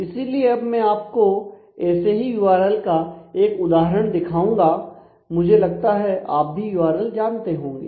इसीलिए अब मैं आपको ऐसे ही यूआरएल का एक उदाहरण दिखाऊंगा मुझे लगता है आप भी यूआरएल जानते होंगे